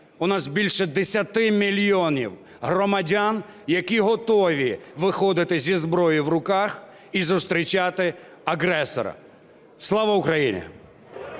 у нас більше 10 мільйонів громадян, які готові виходити зі зброєю в руках і зустрічати агресора. Слава Україні!